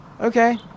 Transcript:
okay